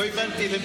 לא, לא.